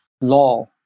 law